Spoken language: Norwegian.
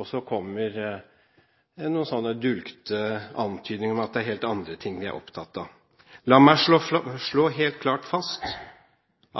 og så kommer noen dulgte antydninger om at det er helt andre ting vi er opptatt av. La meg slå helt klart fast